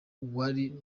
wari